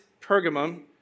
Pergamum